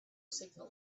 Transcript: signal